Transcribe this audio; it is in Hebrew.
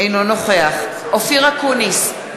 אינו נוכח אופיר אקוניס,